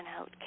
out